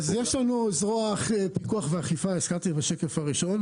אז יש לנו זרוע פיקוח ואכיפה בשקף הראשון.